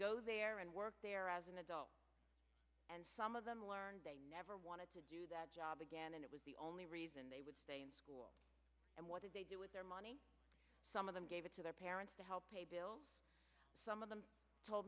go there and work there as an adult and some of them learned they never wanted to do that job again and it was the only reason they would and what did they do with their money some of them gave it to their parents to help pay bills some of them told